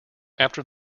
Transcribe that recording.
after